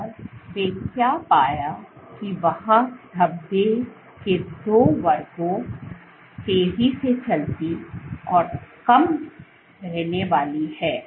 और वे क्या पाया कि वहां धब्बे के दो वर्गों तेजी से चलती और कम रहने वाले हैं